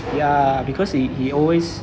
ya because he he always